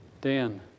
Dan